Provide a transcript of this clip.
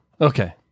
Okay